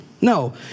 No